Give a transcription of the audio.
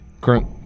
current